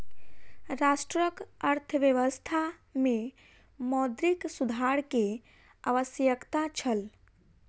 राष्ट्रक अर्थव्यवस्था में मौद्रिक सुधार के आवश्यकता छल